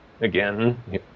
again